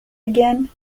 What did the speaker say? again